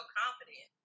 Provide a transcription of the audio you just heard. confident